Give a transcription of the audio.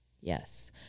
Yes